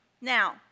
Now